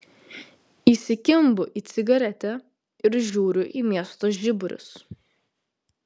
įsikimbu į cigaretę ir žiūriu į miesto žiburius